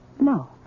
No